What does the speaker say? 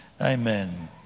Amen